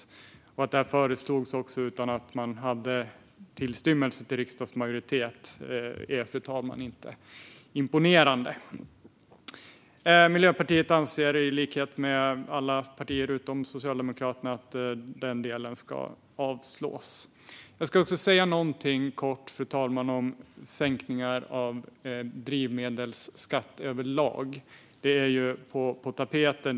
Att detta också föreslogs utan att man hade tillstymmelse till riksdagsmajoritet, fru talman, är inte imponerande. Miljöpartiet anser, i likhet med alla partier utom Socialdemokraterna, att den delen ska avslås. Jag ska också säga någonting kort, fru talman, om sänkningar av drivmedelsskatt överlag. Det är ju på tapeten.